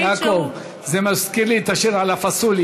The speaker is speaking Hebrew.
החליט, יעקב, זה מזכיר לי את השיר על הפסוליה.